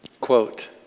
Quote